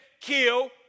kill